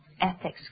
ethics